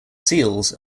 seals